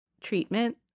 treatment